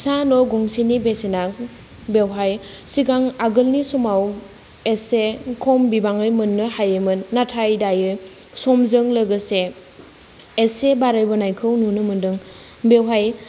फिसा न' गंसेनि बेसेना बेवहाय सिगां आगोलनि समाव एसे खम बिबाङै मोननो हायोमोन नाथाइ दायो समजों लोगोसे एसे बाराय बोनायखौ मोनदों बेवहाय